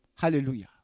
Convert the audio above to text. Hallelujah